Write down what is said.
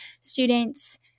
students